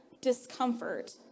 discomfort